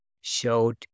showed